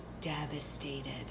devastated